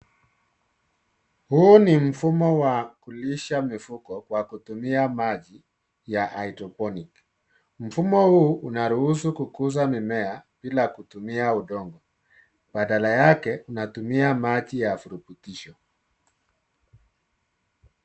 Huu ni mfumo wa kulisha mifugo kwa kutumia maji ya hydroponic . Mfumo huu unaruhusu kukuza mimea bila kutumia udongo, badala yake unatumia maji ya virutubisho.